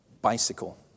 bicycle